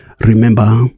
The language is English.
Remember